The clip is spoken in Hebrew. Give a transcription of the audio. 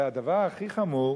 והדבר הכי חמור